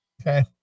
Okay